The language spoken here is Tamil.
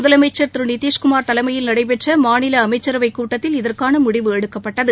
முதலமைச்சா் திரு நிதிஷ் குமார் தலைமையில் நடைபெற்ற மாநில அமைச்சரவைக் கூட்டத்தில் இதற்கான முடிவு எடுக்கப்பட்டது